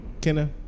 Kenna